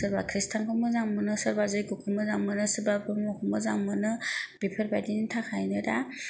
सोरबा खृष्टियानखौ मोजां मोनो सोरबा जय्गखौ मोजां मोनो सोरबा ब्रह्मखौ मोजां मोनो बेफोरबायदिनि थाखायनो दा